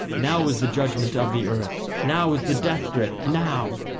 now is the judgment of the earth, now is the death-grip, now!